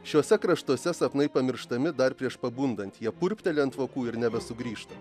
šiuose kraštuose sapnai pamirštami dar prieš pabundant jie purpteli ant vokų ir nebesugrįžta